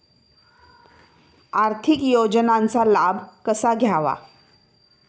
आर्थिक योजनांचा लाभ कसा घ्यावा?